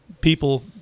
people